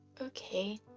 Okay